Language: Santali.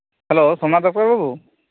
ᱦᱮᱞᱳᱼᱳ ᱥᱳᱢᱱᱟᱛᱷ ᱰᱟᱠᱛᱟᱨ ᱵᱟᱵᱩ